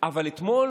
אבל אתמול